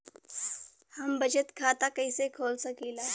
हम बचत खाता कईसे खोल सकिला?